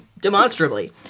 Demonstrably